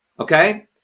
Okay